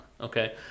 okay